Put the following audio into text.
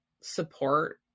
support